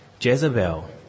Jezebel